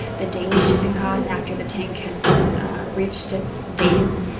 the daily shipping cost after the tank has reached its days.